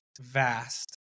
vast